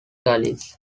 gullies